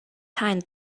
time